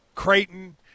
Creighton